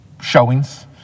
showings